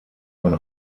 von